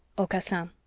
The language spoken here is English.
aucassin